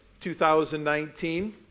2019